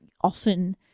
often